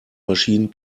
maschinen